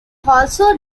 also